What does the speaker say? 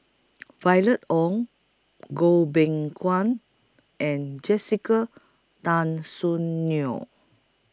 Violet Oon Goh Beng Kwan and Jessica Tan Soon Neo